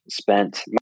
spent